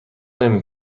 نمی